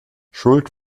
schuld